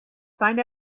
find